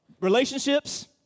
relationships